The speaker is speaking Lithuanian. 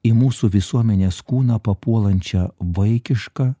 į mūsų visuomenės kūną papuolančią vaikišką